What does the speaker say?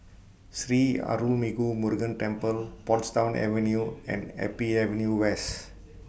Sri Arulmigu Murugan Temple Portsdown Avenue and Happy Avenue West